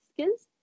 skills